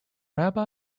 rabbi